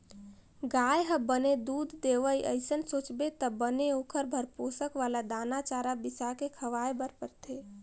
गाय ह बने दूद देवय अइसन सोचबे त बने ओखर बर पोसक वाला दाना, चारा बिसाके खवाए बर परथे